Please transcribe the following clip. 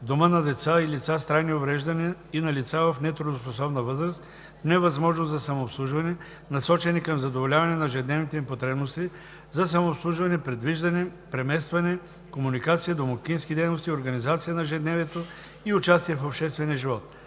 дома на деца и лица с трайни увреждания и на лица в надтрудоспособна възраст в невъзможност за самообслужване, насочени към задоволяване на ежедневните им потребности за самообслужване, придвижване, преместване, комуникация, домакински дейности, организация на ежедневието и участие в обществения живот.